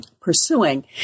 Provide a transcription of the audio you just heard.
pursuing